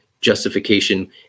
justification